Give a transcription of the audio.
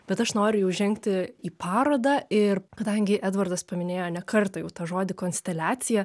bet aš noriu jau žengti į parodą ir kadangi edvardas paminėjo ne kartą jau tą žodį konsteliacija